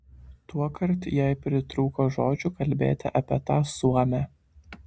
tuokart jai pritrūko žodžių kalbėti apie tą suomę